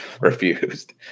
refused